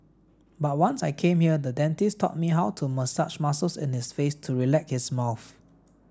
but once I came here the dentist taught me how to massage muscles in his face to relax his mouth